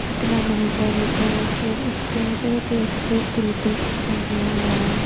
اتنا مہنگا بھی تھا وہ پھر اس لیے مجھے وہ بریسلیٹ بالکل پسند نہیں آیا